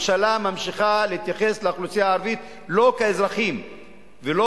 הממשלה ממשיכה להתייחס לאוכלוסייה הערבית לא כאזרחים ולא